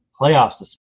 Playoffs